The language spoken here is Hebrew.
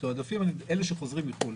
המתועדפים הם אלה שחוזרים מחו"ל,